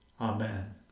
Amen